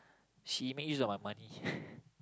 she make use of my money